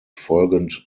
folgend